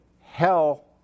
hell